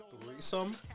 threesome